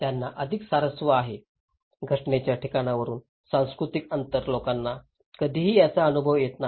त्यांना अधिक स्वारस्य आहे घटनेच्या ठिकाणाहून सांस्कृतिक अंतर लोकांना कधीही याचा अनुभव येत नाही